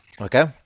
Okay